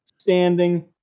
standing